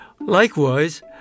Likewise